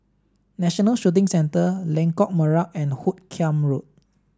National Shooting Centre Lengkok Merak and Hoot Kiam Road